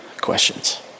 questions